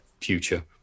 future